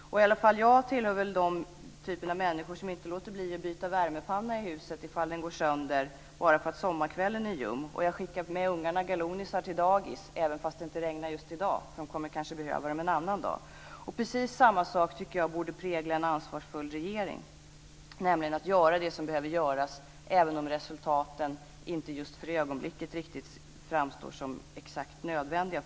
Åtminstone tillhör jag den typ av människor som inte låter bli att byta värmepanna i huset ifall den går sönder bara för att sommarkvällen är ljum. Jag skickar med ungarna galonisar till dagis även om det inte regnar just i dag, för de kommer kanske att behöva dem en annan dag. Precis samma sak tycker jag borde prägla en ansvarsfull regering. Det gäller att göra det som behöver göras även om resultaten inte just för ögonblicket riktigt framstår som exakt nödvändiga.